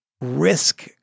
risk